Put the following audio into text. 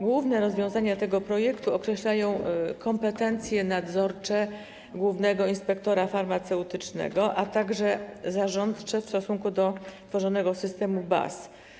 Główne rozwiązania tego projektu to określenie kompetencji nadzorczych głównego inspektora farmaceutycznego, a także zarządczych w stosunku do tworzonego systemu baz.